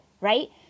right